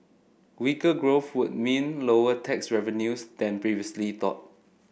weaker growth would mean lower tax revenues than previously thought